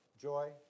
joy